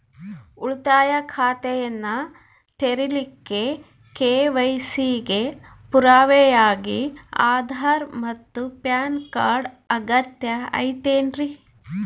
ಉಳಿತಾಯ ಖಾತೆಯನ್ನ ತೆರಿಲಿಕ್ಕೆ ಕೆ.ವೈ.ಸಿ ಗೆ ಪುರಾವೆಯಾಗಿ ಆಧಾರ್ ಮತ್ತು ಪ್ಯಾನ್ ಕಾರ್ಡ್ ಅಗತ್ಯ ಐತೇನ್ರಿ?